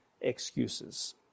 excuses